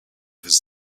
his